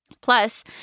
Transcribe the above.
Plus